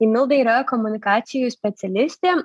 tai milda yra komunikacijų specialistė